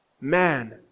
Man